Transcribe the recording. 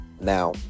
Now